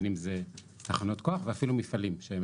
בין אם זה תחנות כוח ואפילו מפעלים שהם